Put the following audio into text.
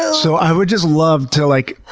so so i would just love to like